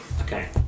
Okay